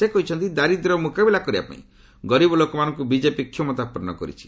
ସେ କହିଛନ୍ତି ଦାରିଦ୍ର୍ୟର ମୁକାବିଲା କରିବାପାଇଁ ଗରିବ ଲୋକମାନଙ୍କୁ ବିକେପି କ୍ଷମତାପନ୍ନ କରିଛି